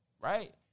right